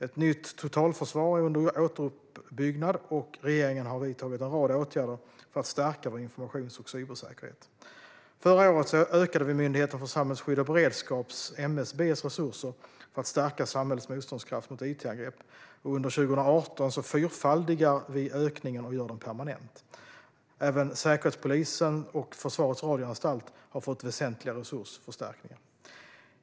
Ett nytt totalförsvar är under återuppbyggnad, och regeringen har vidtagit en rad åtgärder för att stärka vår informations och cybersäkerhet. Förra året ökade vi Myndigheten för samhällsskydd och beredskaps, MSB:s, resurser för att stärka samhällets motståndskraft mot it-angrepp, och under 2018 fyrfaldigar vi ökningen och gör den permanent. Även Säkerhetspolisen och Försvarets radioanstalt har fått väsentliga resursförstärkningar.